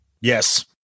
yes